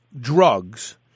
drugs